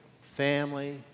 family